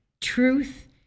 truth